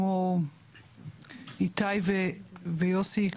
כמו איתי ויוסי.